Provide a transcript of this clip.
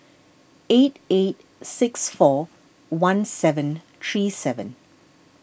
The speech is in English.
eight eight six four one seven three seven